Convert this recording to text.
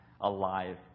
alive